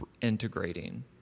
integrating